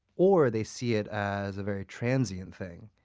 or they see it as a very transient thing.